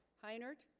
hi nert